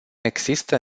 există